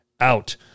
out